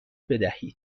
بدهید